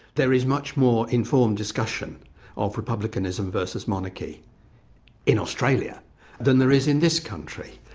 there is much more informed discussion of republicanism versus monarchy in australia than there is in this country.